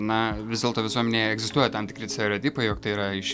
na vis dėlto visuomenėje egzistuoja tam tikri stereotipai jog tai yra iš